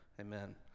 amen